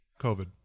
COVID